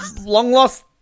long-lost